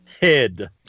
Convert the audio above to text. Head